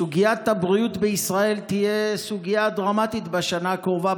סוגיית הבריאות בישראל תהיה סוגיה דרמטית בשנה הקרובה,